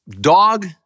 Dog